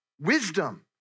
wisdom